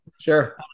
Sure